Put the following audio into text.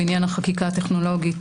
בעניין החקיקה הטכנולוגית,